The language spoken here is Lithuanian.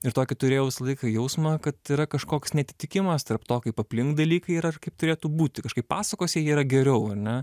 ir tokį turėjau visą laiką jausmą kad yra kažkoks neatitikimas tarp to kaip aplink dalykai yra ir kaip turėtų būti kažkaip pasakose jie yra geriau ar ne